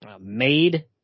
made